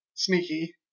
Sneaky